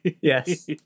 Yes